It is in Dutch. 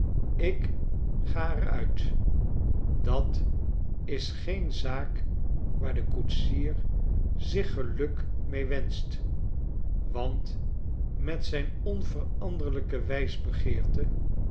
ik ga er uit dat is geen zaak waar de koetsier zich geluk mee wenscht want met zijn